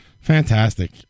Fantastic